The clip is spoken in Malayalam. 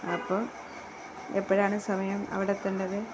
അപ്പോള് എപ്പോഴാണു സമയം അവിടെ എത്തേണ്ടത്